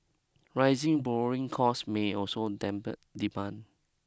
rising borrowing costs may also dampen demand